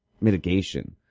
mitigation